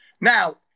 Now